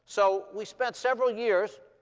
so we spent several years.